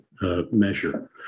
measure